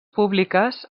públiques